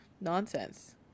nonsense